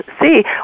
see